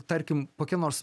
tarkim kokia nors